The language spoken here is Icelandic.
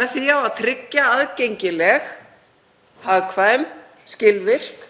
Með því á að tryggja aðgengileg, hagkvæm, skilvirk